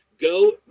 Go